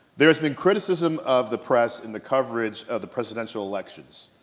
there has been criticism of the press and the coverage of the presidential elections.